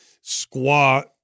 squat